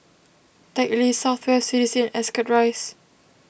Teck Lee South West C D C and Ascot Rise